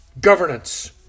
governance